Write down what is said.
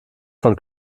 von